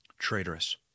traitorous